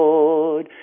Lord